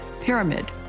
Pyramid